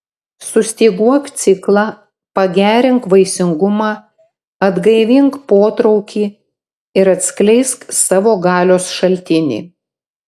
sustyguok ciklą pagerink vaisingumą atgaivink potraukį ir atskleisk savo galios šaltinį